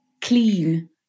clean